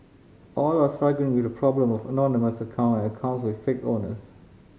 all are struggling with the problem of anonymous account accounts with fake owners